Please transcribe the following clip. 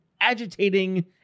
agitating